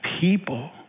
people